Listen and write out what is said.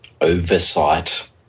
oversight